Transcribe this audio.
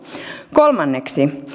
kolmanneksi